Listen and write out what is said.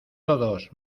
todos